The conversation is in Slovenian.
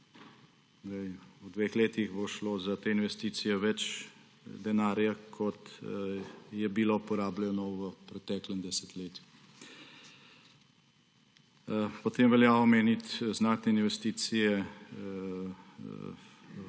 V dveh letih bo šlo za te investicije več denarja, kot je bilo porabljeno v preteklem desetletju. Potem velja omeniti znatne investicije v